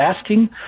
asking